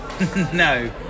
no